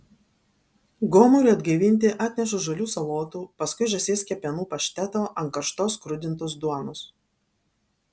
gomuriui atgaivinti atnešu žalių salotų paskui žąsies kepenų pašteto ant karštos skrudintos duonos